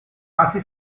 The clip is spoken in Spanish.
casi